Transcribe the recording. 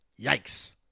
yikes